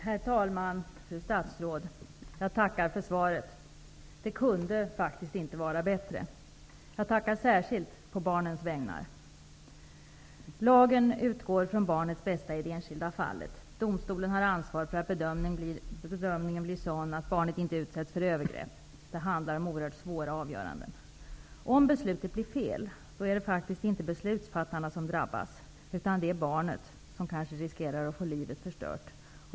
Herr talman! Fru statsråd! Jag tackar för svaret. Det kunde faktiskt inte vara bättre. Jag tackar särskilt på barnens vägnar. Lagen utgår från barnets bästa i det enskilda fallet. Domstolen har ansvar för att bedömningen blir sådan, att barnet inte utsätts för övergrepp. Det handlar om oerhört svåra avgöranden. Om beslutet blir felaktigt, är det inte beslutsfattarna som drabbas utan barnet, som kanske riskerar att få livet förstört.